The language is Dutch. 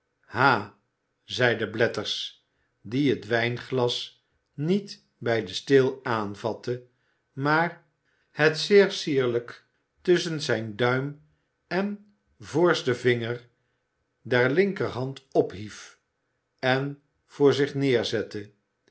ha zeide blathers die het wijnglas niet bij den steel aanvatte maar het zeer sierlijk tusschen den duim en voorsten vinger der linkerhand ophief en voor zich neerzette